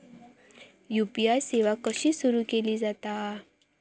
UPI सेवा कशी सुरू केली जाता?